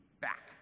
back